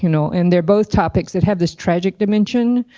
you know and they're both topics that have this tragic dimension.